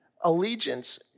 Allegiance